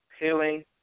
healing